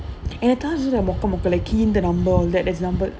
and the task also like key in the number all that example